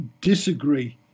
disagree